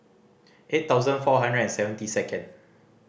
eight thousand four hundred and seventy second